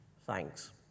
Thanks